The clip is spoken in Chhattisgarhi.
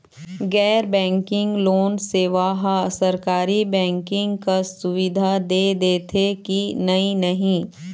गैर बैंकिंग लोन सेवा हा सरकारी बैंकिंग कस सुविधा दे देथे कि नई नहीं?